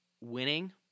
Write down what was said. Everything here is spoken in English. winning